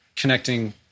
connecting